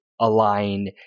align